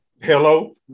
Hello